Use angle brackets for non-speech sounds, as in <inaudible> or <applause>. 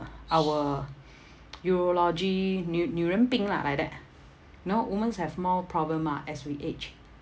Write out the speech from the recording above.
our <noise> urology 女女人病啦 lah like that know women's have more problem ah as we age